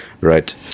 right